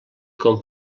com